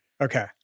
Okay